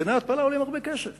שמתקני התפלה עולים הרבה כסף.